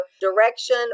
direction